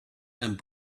and